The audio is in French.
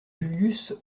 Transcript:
julius